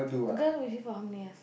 girl with you for how many years